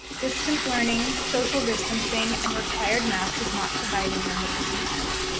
distant learning, social distancing, and required masks is not providing them with this environment.